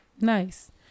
Nice